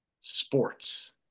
Sports